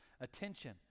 attention